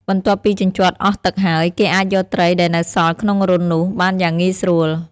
បន្ទាប់ពីជញ្ជាត់អស់ទឹកហើយ គេអាចយកត្រីដែលនៅសល់ក្នុងរន្ធនោះបានយ៉ាងងាយស្រួល។